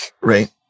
Right